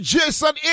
Jason